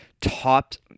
topped